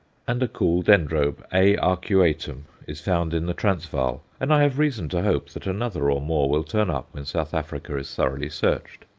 and a cool dendrobe, a. arcuatum, is found in the transvaal and i have reason to hope that another or more will turn up when south africa is thoroughly searched.